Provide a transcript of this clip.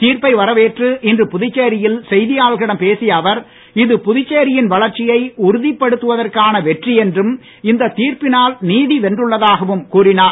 தீர்ப்பை வரவேற்று இன்று புதுச்சேரியில் செய்தியாளர்களிடம் பேசிய அவர் இது புதுச்சேரியின் வளர்ச்சியை உறுதிப்படுத்துவதற்கான வெற்றி என்றும் இந்த தீர்ப்பினால் வென்றுள்ளதாகவும் கூறினார்